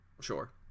Sure